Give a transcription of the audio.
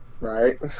Right